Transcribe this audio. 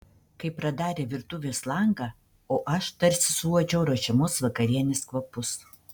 kai pradarė virtuvės langą o aš tarsi suuodžiau ruošiamos vakarienės kvapus